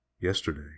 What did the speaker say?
yesterday